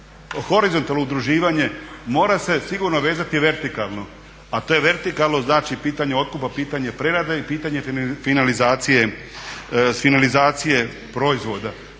horizontalno udruživanje mora se sigurno vezati vertikalno, a to je vertikalno znači pitanje otkupa, pitanje prerade i pitanje finalizacije proizvoda.